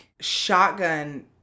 shotgun